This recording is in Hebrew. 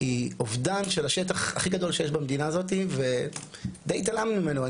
היא אובדן של השטח הכי גדול שיש במדינה הזאת ודי התעלמנו ממנו.